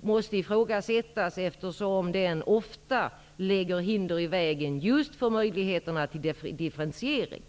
måste ifrågasättas, eftersom den ofta lägger hinder i vägen just för möjligheterna till differentiering.